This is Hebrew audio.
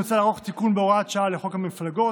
מוצע לערוך תיקון בהוראת שעה לחוק מימון המפלגות,